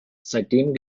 seitdem